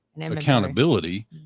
accountability